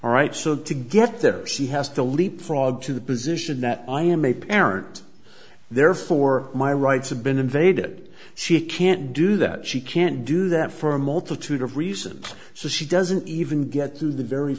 all right so to get there see has to leapfrog to the position that i am a parent therefore my rights have been invaded she can't do that she can't do that for a multitude of reasons so she doesn't even get to the very